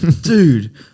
dude